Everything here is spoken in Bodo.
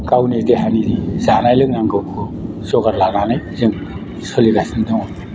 गावनि देहानि जानाय लोंनांगौखौ जगार लानानै जों सोलिगासिनो दङ